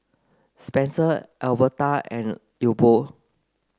Spencer Alverta and Leopold